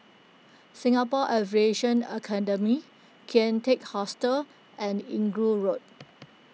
Singapore Aviation Academy Kian Teck Hostel and Inggu Road